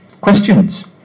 Questions